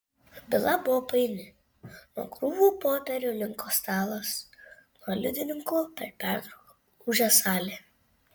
byla buvo paini nuo krūvų popierių linko stalas nuo liudininkų per pertrauką ūžė salė